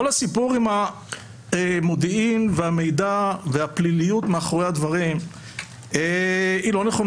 כל הסיפור עם המודיעין והמידע והפליליות מאחורי הדברים הוא לא נכון